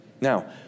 Now